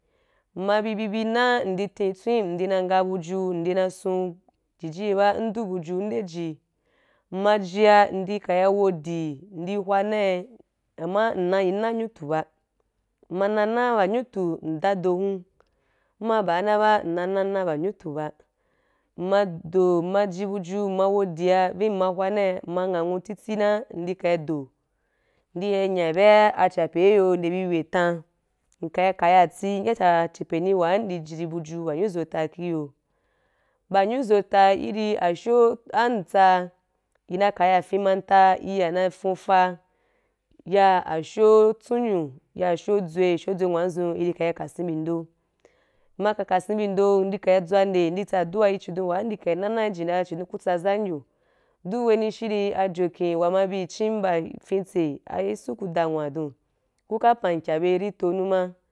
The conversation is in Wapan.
Mma bi bi na ndí ten tswen ndi na nga a buju ndí na í sun jiji ye ba ndu buju nde ji mma í jia ndi ka’ wodi ndi hwa nai ama nna yín na wa nyutu ba mma nana ba a nyutu mma nana wa nyutu nda do hun mma ba na ba nnana na ba anyu tu ba mma do mma ji bu ju mma wodia vii mma hwa nai mma nghanwu titi ndí kai do ndi ya nya bea achepe í yo nde bi we tan nka i kati n ya tsa a chepení wa ndi i jiji buju wa nyuzo ta i yo ba nyuzo ta i ri asho ah amtsaa i ma kaya í fen manta í ya na fuuta ya asho tsunyo ya asho adzuí asho dzunwazun i ri ka i ka sen bi ndo mma ka ka sen bí ndo ndi ka i tswande ndi ka tsa dua yí chídon wa ndí ka í nana í jen ra chidon ku tsazan yo duk we ní shiri ajo ken wa ma bi chin ba ah a fen tse a yesu ku da nwa du ku ka pam kya bye ri to numa.